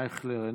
אייכלר,